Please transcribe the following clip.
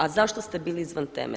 A zašto ste bili izvan teme?